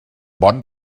bons